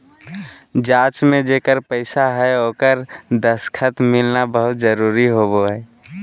जाँच में जेकर पैसा हइ ओकर दस्खत मिलना बहुत जरूरी होबो हइ